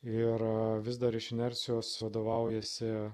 ir vis dar iš inercijos vadovaujasi